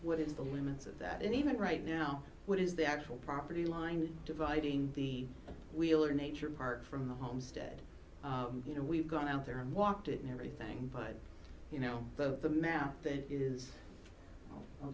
what is the limits of that and even right now what is the actual property line dividing the wheel or nature apart from the homestead you know we've gone out there and walked it and everything but you know the the map that is